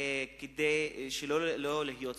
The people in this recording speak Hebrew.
כדי שלא להיות שבע.